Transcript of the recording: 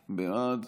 בעד.